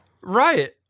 Right